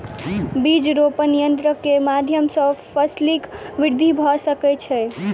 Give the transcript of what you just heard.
बीज रोपण यन्त्र के माध्यम सॅ फसीलक वृद्धि भ सकै छै